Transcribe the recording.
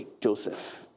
Joseph